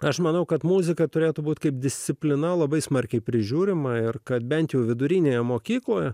aš manau kad muzika turėtų būti kaip disciplina labai smarkiai prižiūrima ir kad bent jau vidurinėje mokykloje